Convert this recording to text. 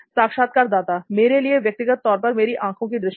साक्षात्कारदाता मेरे लिए व्यक्तिगत तौर पर मेरी आंखों की दृष्टि